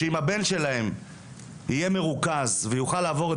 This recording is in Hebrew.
שאם הבן שלהם יהיה מרוכז ויוכל לעבור את